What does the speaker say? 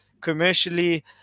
commercially